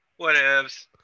Whatevs